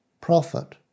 prophet